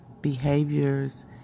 behaviors